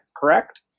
correct